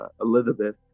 Elizabeth